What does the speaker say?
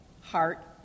heart